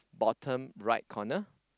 bottom right corner